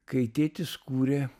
kai tėtis kūrė